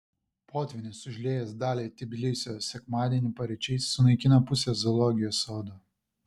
potvynis užliejęs dalį tbilisio sekmadienį paryčiais sunaikino pusę zoologijos sodo